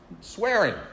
swearing